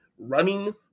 running